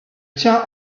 tiens